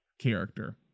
character